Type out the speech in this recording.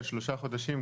על שלושה חודשים,